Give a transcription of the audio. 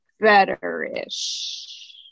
better-ish